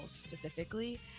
specifically